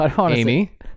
Amy